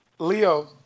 Leo